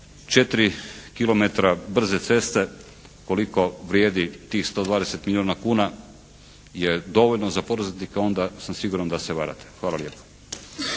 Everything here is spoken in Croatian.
da 4 kilometra brze ceste koliko vrijedi tih 120 milijuna kuna je dovoljno za poduzetnika onda sam siguran da se varate. Hvala lijepa.